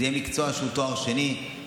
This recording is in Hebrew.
זה יהיה מקצוע שהוא תואר שני,